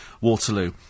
Waterloo